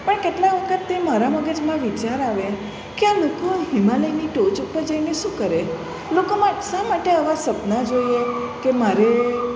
પણ કેટલા વખત તે મારા મગજમાં વિચાર આવે કે આ લોકો હિમાલયની ટોચ ઉપર જઈને શું કરે લોકોમાં શા માટે આવા સપના જોઈએ કે મારે